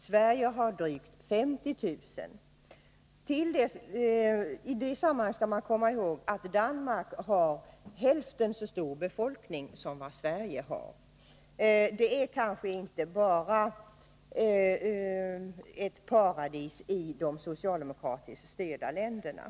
Sverige har drygt 50 000. I det sammanhanget skall man komma ihåg att Danmark har hälften så stor befolkning som Sverige. Det är kanske inte bara ett paradis i de socialdemokratiskt styrda länderna.